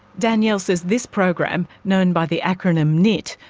danielle says this program known by the acronym knit,